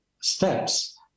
steps